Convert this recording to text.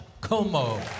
Como